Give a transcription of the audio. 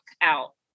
out